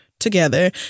together